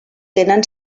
tenen